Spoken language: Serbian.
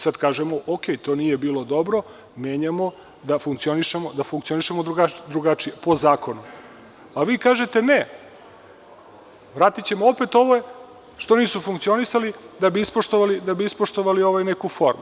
Sada kažemo okej, to nije bilo dobro, menjamo da funkcionišemo drugačije, po zakonu, a vi kažete – ne vratićemo opet ove što nisu funkcionisali da bi ispoštovali neku formu.